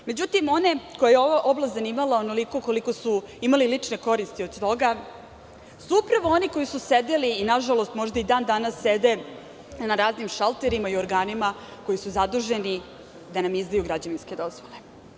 Međutim, one koje je ova oblast zanimala onoliko koliko su imali lične koristi od svoga su upravo oni koji su sedeli, nažalost, možda i dan danas sede na raznim šalterima i organima koji su zaduženi da nam izdaju građevinske dozvole.